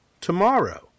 tomorrow